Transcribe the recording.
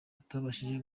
atabashije